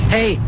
Hey